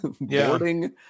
boarding